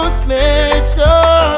special